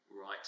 right